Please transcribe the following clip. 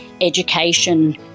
education